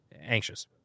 anxious